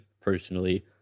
personally